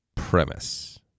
premise